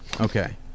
okay